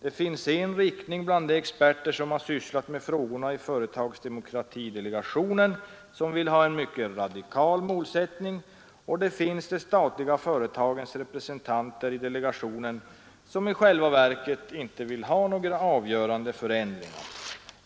Det finns en riktning bland de experter som har sysslat med frågorna i företagsdemokratidelegationen vilka vill ha en mycket radikal målsättning, och det finns en annan riktning bland de statliga företagens representanter i delegationen vilka i själva verket inte vill ha några avgörande förändringar.